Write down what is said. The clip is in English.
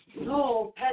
No